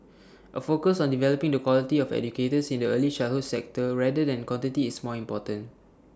A focus on developing the quality of educators in the early childhood sector rather than quantity is more important